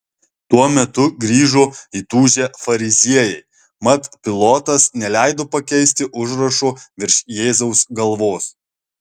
tuo metu grįžo įtūžę fariziejai mat pilotas neleido pakeisti užrašo virš jėzaus galvos